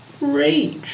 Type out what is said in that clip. rage